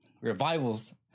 revivals